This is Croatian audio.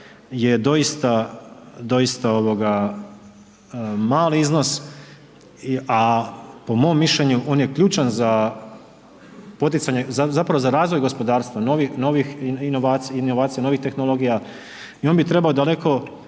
ovoga mali iznos, a po mom mišljenju on je ključan za poticanje, zapravo za razvoj gospodarstva, novih inovacija, novih tehnologija i on bi trebao daleko,